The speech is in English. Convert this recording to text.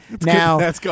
now